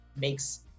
makes